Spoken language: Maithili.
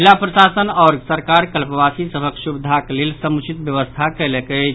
जिल प्रशासन आओर सरकार कल्पवासी सभक सुविधाक लेल समुचित व्यवस्था कयलक अछि